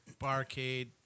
Barcade